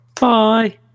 Bye